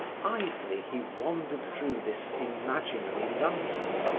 idly he wandered through this imaginary london,